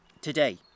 today